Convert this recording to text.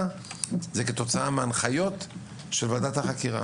זה כתוצאה מההנחיות של ועדת החקירה.